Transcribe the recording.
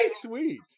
sweet